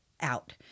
out